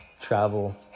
travel